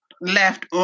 left